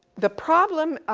the problem